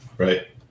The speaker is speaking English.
Right